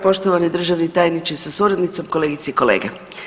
Poštovani državni tajniče sa suradnicom, kolegice i kolege.